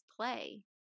play